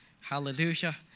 Hallelujah